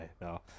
no